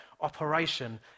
operation